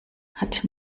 hat